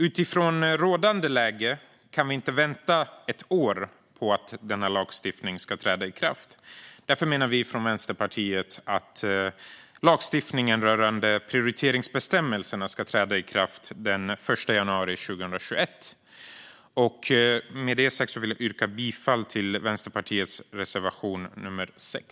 Utifrån rådande läge kan vi inte vänta ett år på att denna lagstiftning ska träda i kraft. Därför menar vi från Vänsterpartiet att lagstiftningen rörande prioriteringsbestämmelserna ska träda i kraft den 1 januari 2021. Med detta sagt vill jag yrka bifall till Vänsterpartiets reservation nr 6.